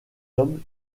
homme